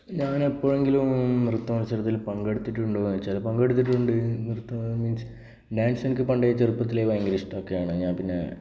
ഞാൻ എപ്പോഴെങ്കിലും നൃത്ത മത്സരത്തിൽ പങ്കെടുത്തിട്ടുണ്ടോ എന്ന് വെച്ചാൽ പങ്കെടുത്തിട്ടുണ്ട് നൃത്തം മീൻസ് ഡാൻസ് എനിക്ക് പണ്ടേ ചെറുപ്പത്തിലേ ഭയങ്കര ഇഷ്ടമൊക്കെയാണ് ഞാൻ പിന്നെ